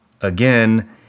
again